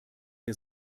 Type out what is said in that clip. der